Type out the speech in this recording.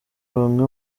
bamwe